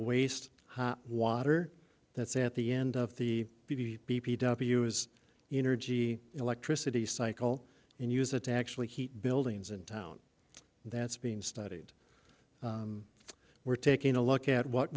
waste water that's at the end of the b b p w as energy electricity cycle and use it to actually heat buildings in town that's being studied we're taking a look at what